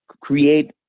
create